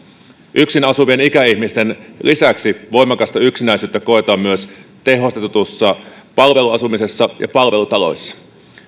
yksin asuvien ikäihmisten lisäksi voimakasta yksinäisyyttä koetaan myös tehostetussa palveluasumisessa ja palvelutaloissa